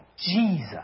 Jesus